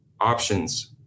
options